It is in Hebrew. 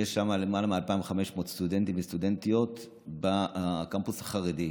שיש בה למעלה מ-2,500 סטודנטים וסטודנטיות בקמפוס החרדי,